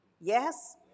Yes